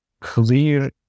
clear